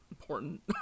important